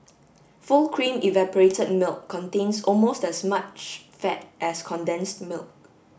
full cream evaporated milk contains almost as much fat as condensed milk